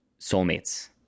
soulmates